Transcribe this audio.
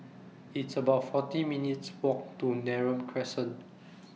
It's about forty minutes' Walk to Neram Crescent